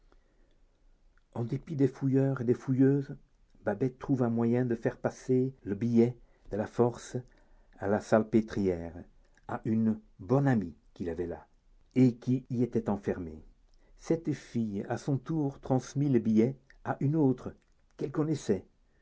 en dépit des fouilleurs et des fouilleuses babet trouva moyen de faire passer le billet de la force à la salpêtrière à une bonne amie qu'il avait là et qui y était enfermée cette fille à son tour transmit le billet à une autre qu'elle connaissait